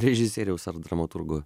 režisieriaus ar dramaturgo